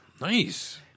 Nice